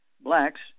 blacks